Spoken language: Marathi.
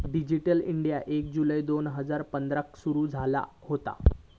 डीजीटल इंडीया एक जुलै दोन हजार पंधराक सुरू झाला होता